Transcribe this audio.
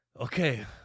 Okay